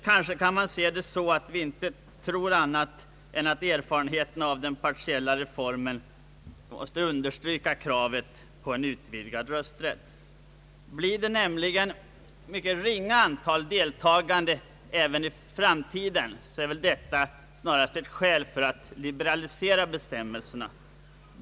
Kanske kan man se det så att vi tror att erfarenheterna av den partiella reformen understryker kravet på en utvidgad rösträtt. Blir det ett mycket ringa antal valdeltagare även i framtiden är väl detta snarast ett skäl för att liberalisera bestämmelserna.